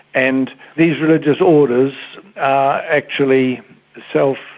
and these religious orders are actually so